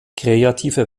kreative